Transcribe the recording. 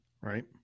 Right